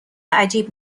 عجیب